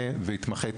מתמחה,